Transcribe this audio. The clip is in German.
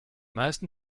meisten